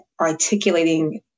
articulating